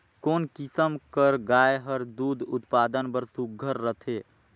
कोन किसम कर गाय हर दूध उत्पादन बर सुघ्घर रथे?